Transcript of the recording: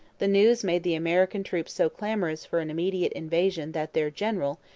the news made the american troops so clamorous for an immediate invasion that their general,